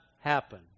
happen